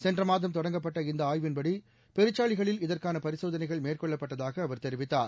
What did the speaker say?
சென்ற மாதம் தொடங்கப்பட்ட இந்த ஆய்வின்படி பெருச்சாளிகளில் இதற்கான பரிசோதகைள் மேற்கொள்ளப்பட்டதாக அவர் தெரிவித்துள்ளார்